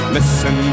Listen